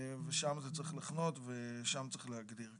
שם זה צריך לחנות ושם צריך להגדיר.